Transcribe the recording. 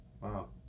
Wow